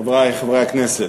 חברי חברי הכנסת,